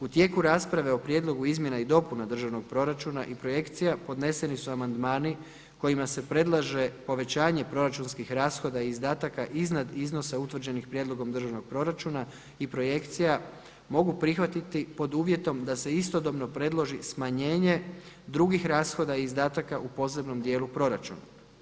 U tijeku rasprave o Prijedlogu izmjena i dopuna državnog proračuna i projekcija podneseni su amandmani kojima se predlaže povećanje proračunskih rashoda i izdataka iznad iznosa utvrđenih prijedlogom državnog proračuna i projekcija mogu prihvatiti pod uvjetom da se istodobno predloži smanjenje drugih rashoda i izdataka u posebnom dijelu proračuna.